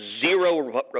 zero